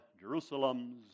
Jerusalem's